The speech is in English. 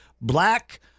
black